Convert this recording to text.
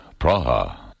Praha